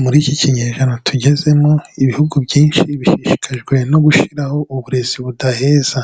Muri iki kinyejana tugezemo, ibihugu byinshi bishishikajwe no gushyiraho uburezi budaheza,